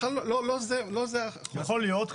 יכול להיות.